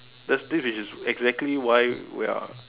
that's this is exactly why we are